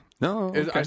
No